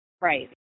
Right